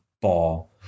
ball